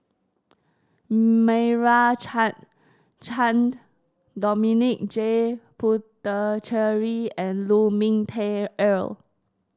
Meira Chand Chand Dominic J Puthucheary and Lu Ming Teh Earl